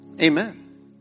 Amen